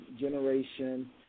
generation